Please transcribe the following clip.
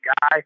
guy